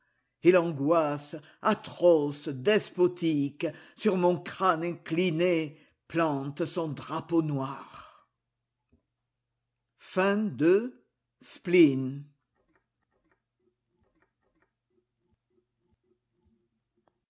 et l'angoisse atroce despotique sur mon crâne incliné plante son drapeau noir